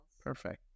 Perfect